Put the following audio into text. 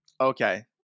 Okay